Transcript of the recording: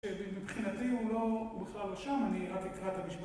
מבחינתי הוא לא בכלל שם, אני רק אקרא את המשפט.